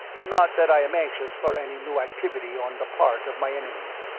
not that i am anxious for any new activity on the part of my enemies.